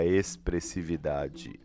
expressividade